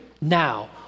now